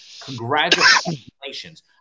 Congratulations